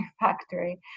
factory